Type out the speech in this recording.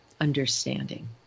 understanding